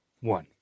one